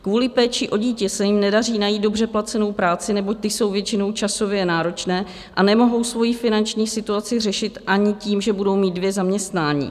Kvůli péči o dítě se jim nedaří najít dobře placenou práci, neboť ty jsou většinou časové náročné, a nemohou svoji finanční situaci řešit ani tím, že budou mít dvě zaměstnání.